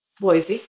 Boise